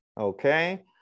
okay